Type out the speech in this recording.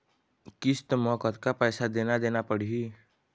किस्त म कतका पैसा देना देना पड़ही?